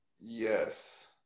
yes